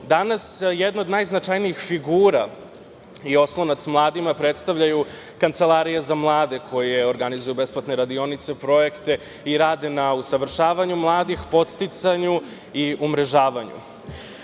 Danas jedna od najznačajnijih figura i oslonac mladima predstavljaju Kancelarija za mlade koje organizuju besplatne radionice, projekte i rade na usavršavanju mladih, podsticanju i umrežavanju.